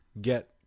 get